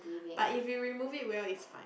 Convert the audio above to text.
but if you remove it well is fine